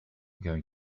going